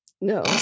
No